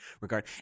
Regard